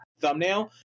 thumbnail